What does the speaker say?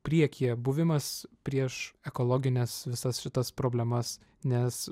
priekyje buvimas prieš ekologines visas šitas problemas nes